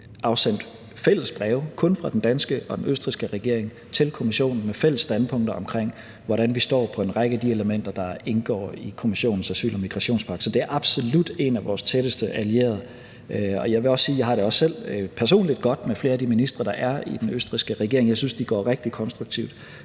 afsendt fælles breve kun fra den danske og den østrigske regering til Kommissionen med fælles standpunkter omkring, hvordan vi står på en række af de elementer, der indgår Kommissionens asyl- og migrationspagt. Så det er absolut en af vores tætteste allierede. Jeg vil også sige, at jeg også selv personligt har det godt med flere af de ministre, der er i den østrigske regering. Jeg synes, de går rigtig konstruktivt